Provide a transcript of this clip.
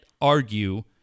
argue